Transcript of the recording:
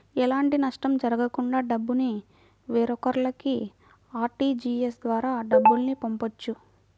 ఎలాంటి నష్టం జరగకుండా డబ్బుని వేరొకల్లకి ఆర్టీజీయస్ ద్వారా డబ్బుల్ని పంపొచ్చు